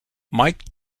mike